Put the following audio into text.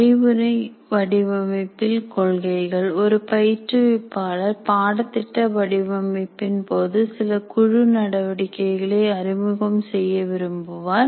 வழிமுறை வடிவமைப்பில் கொள்கைகள் ஒரு பயிற்றுவிப்பாளர் பாடத்திட்ட வடிவமைப்பின் போது சில குழு நடவடிக்கைகளை அறிமுகம் செய்ய விரும்புவார்